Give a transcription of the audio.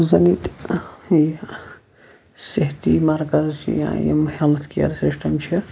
یُس زَن ییٚتہِ صحتی مَرکَز چھِ یا یِم ہیٚلتھ کیر سِسٹَم چھِ